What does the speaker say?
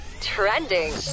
trending